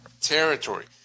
territory